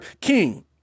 king